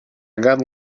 got